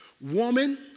woman